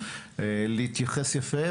להתייחס יפה,